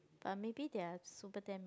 but maybe they are super damn